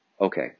Okay